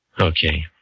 Okay